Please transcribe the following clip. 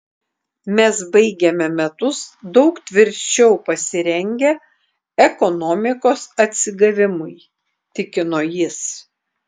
mes baigiame metus daug tvirčiau pasirengę ekonomikos atsigavimui tikino jis